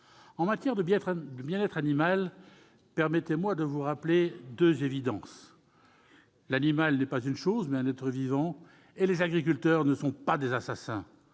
En matière de bien-être animal, permettez-moi de vous rappeler deux évidences : l'animal est non pas une chose, mais un être vivant ; les agriculteurs ne sont pas des assassins.